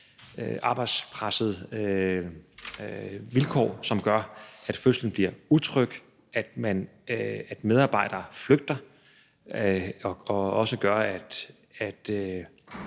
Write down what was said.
arbejdspres, som gør, at fødslen bliver utryg, og at medarbejdere flygter. Det er på